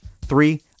three